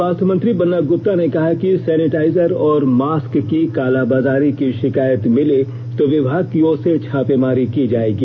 स्वास्थ्य मंत्री बन्ना गुप्ता ने कहा है कि शैनिटाइजर और मास्क की कालाबाजारी की शिकायत मिली तो विभाग की ओर से छापेमारी की जायेगी